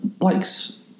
likes